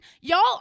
y'all